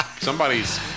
Somebody's